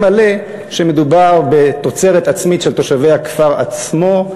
מלא שמדובר בתוצרת עצמית של תושבי הכפר עצמו.